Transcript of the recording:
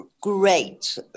great